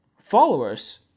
Followers